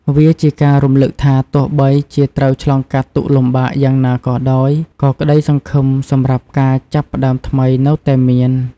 វាជាការរំលឹកថា ទោះបីជាត្រូវឆ្លងកាត់ទុក្ខលំបាកយ៉ាងណាក៏ដោយ ក៏ក្តីសង្ឃឹមសម្រាប់ការចាប់ផ្ដើមថ្មីនៅតែមាន។